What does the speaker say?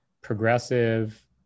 progressive